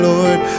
Lord